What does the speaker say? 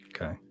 Okay